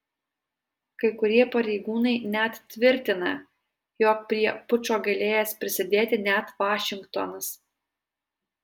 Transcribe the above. kai kurie pareigūnai net tvirtina jog prie pučo galėjęs prisidėti net vašingtonas